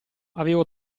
avevo